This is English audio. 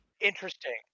Interesting